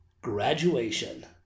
graduation